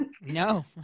No